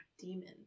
demon